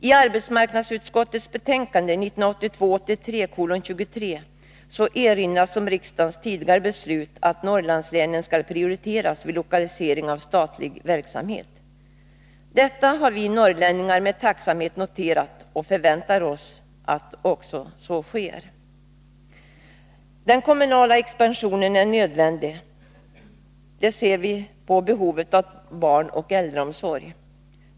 I arbetsmarknadsutskottets betänkande 1982/83:23 erinras om riksdagens tidigare beslut att Norrlandslänen skall prioriteras vid lokalisering av statliga verksamheter. Detta har vi norrlänningar med tacksamhet noterat och förväntar oss att så också sker. Den kommunala expansionen är nödvändig — det ser vi på behovet av barnoch äldreomsorgen.